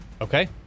Okay